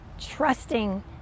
trusting